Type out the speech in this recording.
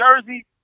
jersey